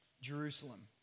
Jerusalem